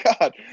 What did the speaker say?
god